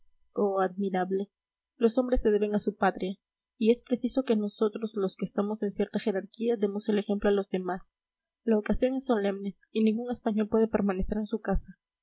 oh admirable los hombres se deben a su patria y es preciso que nosotros los que estamos en cierta jerarquía demos el ejemplo a los demás la ocasión es solemne y ningún español puede permanecer en su casa